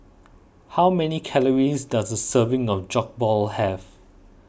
how many calories does a serving of Jokbal have